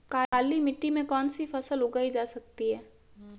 काली मिट्टी में कौनसी फसल उगाई जा सकती है?